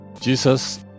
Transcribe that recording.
Jesus